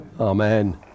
Amen